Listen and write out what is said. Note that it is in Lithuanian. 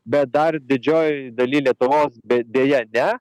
bet dar didžiojoj daly lietuvos bet deja ne